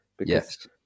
Yes